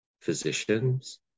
physicians